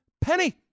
penny